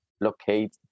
locate